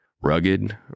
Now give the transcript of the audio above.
Rugged